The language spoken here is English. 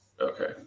okay